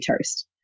toast